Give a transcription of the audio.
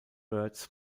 birds